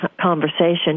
conversation